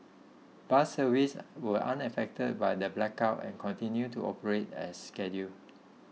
bus services were unaffected by the blackout and continued to operate as scheduled